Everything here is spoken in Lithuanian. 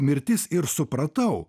mirtis ir supratau